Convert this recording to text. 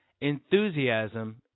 Enthusiasm